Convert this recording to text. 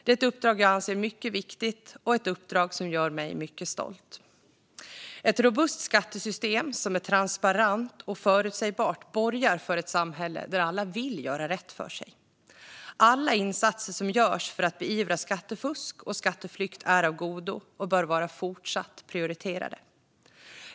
Det är ett uppdrag jag anser vara mycket viktigt, och det gör mig mycket stolt. Ett robust skattesystem som är transparent och förutsägbart borgar för ett samhälle där alla vill göra rätt för sig. Alla insatser som görs för att beivra skattefusk och skatteflykt är av godo och bör vara fortsatt prioriterade.